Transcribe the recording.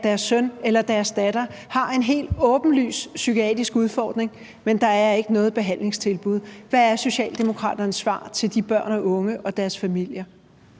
at deres søn eller deres datter har en helt åbenlys psykiatrisk udfordring, men der er ikke noget behandlingstilbud. Hvad er Socialdemokraternes svar til de børn og unge og deres familier?